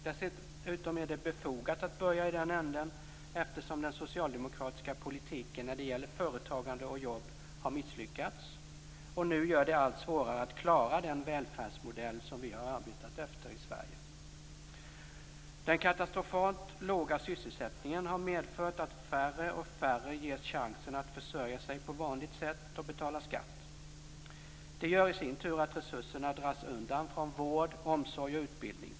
Dessutom är det befogat att börja i den änden, eftersom den socialdemokratiska politiken när det gäller företagande och jobb har misslyckats och nu gör det allt svårare att klara den välfärdsmodell som vi har arbetat efter i Sverige. Den katastrofalt låga sysselsättningen har medfört att färre och färre ges chansen att försörja sig på vanligt sätt och betala skatt. Det gör att resurserna dras undan från vård, omsorg och utbildning.